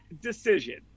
decision